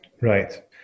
Right